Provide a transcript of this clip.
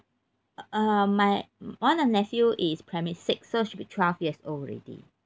uh my one of my nephew is primary six so should be twelve years old already